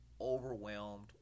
overwhelmed